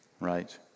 right